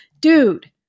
Dude